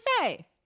say